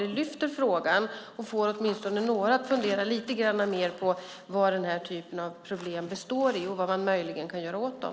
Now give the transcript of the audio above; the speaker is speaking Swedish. De lyfter upp frågan och får åtminstone några att fundera lite mer på vad den här typen av problem består i och vad man möjligen kan göra åt dem.